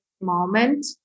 moment